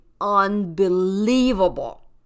unbelievable